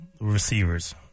receivers